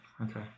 okay